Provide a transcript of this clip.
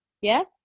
yes